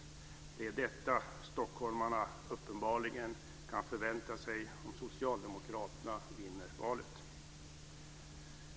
Det är uppenbarligen detta stockholmarna kan förvänta sig om socialdemokraterna vinner valet.